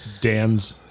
Dan's